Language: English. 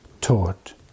taught